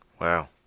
wow